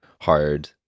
hard